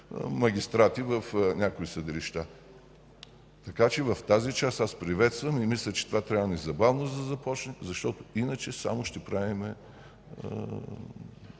магистрати в някои съдилища. В тази част аз приветствам и мисля, че това трябва незабавно да започне, защото иначе само ще правим